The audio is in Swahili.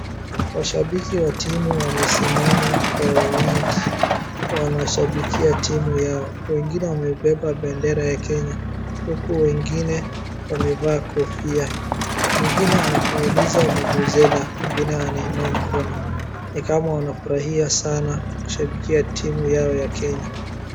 Mashabiki wa timu wamesimama kwa wingi, wanashabikia timu yao, wengine wamebeba bendera ya Kenya, huku wengine wamevaa kofia, mwiningine anafuliza vuvuzela, mwingine anainua mkono ni kama wanafurahia sana kushabikia timu yao ya Kenya.